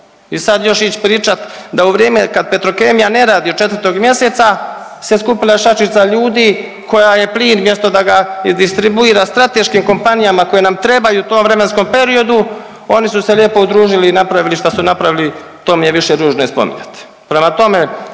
i sad još ići pričat da u vrijeme kad Petrokemija ne radi od 4. mjeseca se skupila šačica ljudi koja je plin mjesto da ga distribuira strateškim kompanijama koje nam trebaju u tom vremenskom periodu, oni su se lijepo udružili i napravili šta su napravili, to mi je više ružno i spominjati.